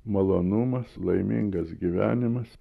malonumas laimingas gyvenimas